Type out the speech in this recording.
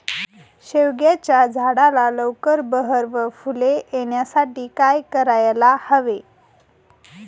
शेवग्याच्या झाडाला लवकर बहर व फूले येण्यासाठी काय करायला हवे?